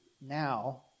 now